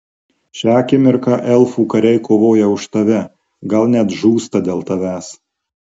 šią akimirką elfų kariai kovoja už tave gal net žūsta dėl tavęs